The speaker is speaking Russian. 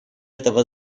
этого